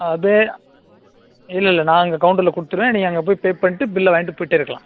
அது இல்லை இல்லை நான் இங்கே கவுண்டரில் கொடுத்துருவேன் நீங்கள் அங்கே போய் பே பண்ணிவிட்டு பில்லை வாங்கிவிட்டு போய்கிட்டே இருக்கலாம்